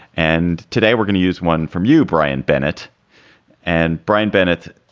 and today we're going to use one from you, brian bennett and brian bennett.